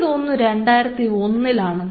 എനിക്ക് തോന്നുന്നു 2001 ആണെന്ന്